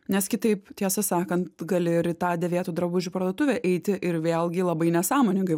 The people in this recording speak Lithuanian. nes kitaip tiesą sakant gali ir tą dėvėtų drabužių parduotuvę eiti ir vėlgi labai nesąmoningai